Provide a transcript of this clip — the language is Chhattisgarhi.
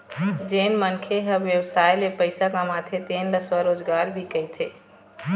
जेन मनखे ह बेवसाय ले पइसा कमाथे तेन ल स्वरोजगार भी कहिथें